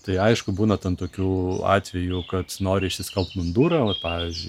tai aišku būna ten tokių atvejų kad nori išsiskalbt mundurą ovat pavyzdžiui